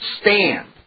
stand